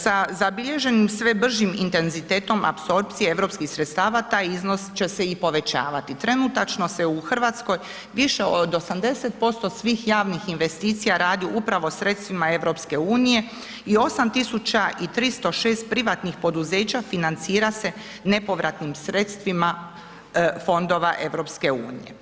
Sa zabilježenim sve bržim intenzitetom apsorpcije europskih sredstava taj iznos će se i povećavati, trenutačno se u RH više od 80% svih javnih investicija radi upravo sredstvima EU i 8306 privatnih poduzeća financira se nepovratnim sredstvima Fondova EU.